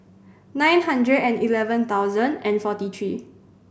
nine hundred and eleven thousand and forty three